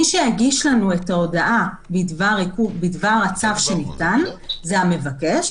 מי שיגיש לנו את ההודעה בדבר הצו שניתן זה המבקש,